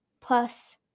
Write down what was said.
plus